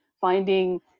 finding